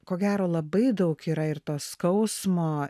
ko gero labai daug yra ir to skausmo